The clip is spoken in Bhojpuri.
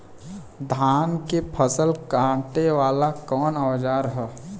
धान के फसल कांटे वाला कवन औजार ह?